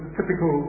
typical